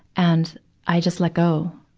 and i just let go.